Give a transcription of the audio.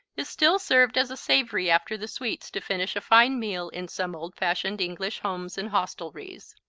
is still served as a savory after the sweets to finish a fine meal in some old-fashioned english homes and hostelries.